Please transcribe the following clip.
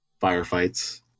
firefights